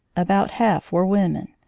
about half were women.